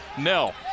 nell